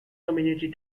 community